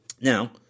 Now